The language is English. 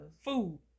Food